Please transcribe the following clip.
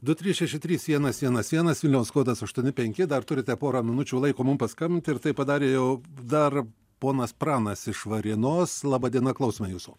du trys šeši trys vienas vienas vienas vilniaus kodas aštuoni penki dar turite porą minučių laiko mum paskambinti ir tai padarė jau dar ponas pranas iš varėnos laba diena klausome jūsų